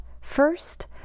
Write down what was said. first